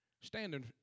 Standing